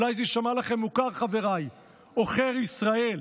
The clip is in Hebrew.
אולי זה יישמע לכם מוכר, חבריי: "עֹכר ישראל".